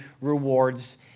rewards